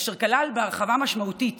אשר כלל הרחבה משמעותית